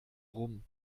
rum